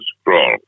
scroll